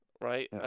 right